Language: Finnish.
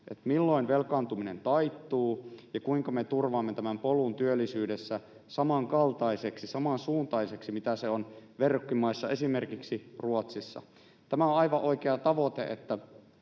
milloin velkaantuminen taittuu ja kuinka me turvaamme tämän polun työllisyydessä samankaltaiseksi, samansuuntaiseksi kuin se on verrokkimaissa, esimerkiksi Ruotsissa. Tämä on aivan oikea tavoite,